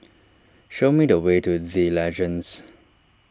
show me the way to the Legends